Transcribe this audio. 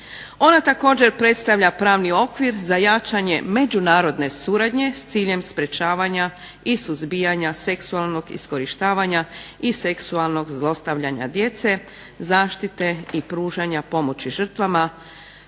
Ona također predstavlja pravni okvir za jačanje međunarodne suradnje s ciljem sprečavanja i suzbijanja seksualnog iskorištavanja i seksualnog zlostavljanja djece, zaštite i pružanja pomoći žrtvama,